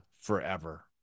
forever